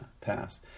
pass